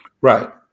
Right